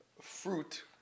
fruit